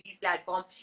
platform